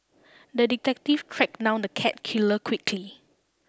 the detective tracked down the cat killer quickly